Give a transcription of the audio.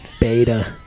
Beta